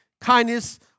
kindness